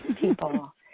people